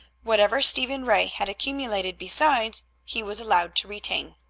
whatever stephen ray had accumulated besides, he was allowed to retain.